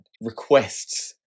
requests